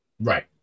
Right